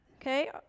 Okay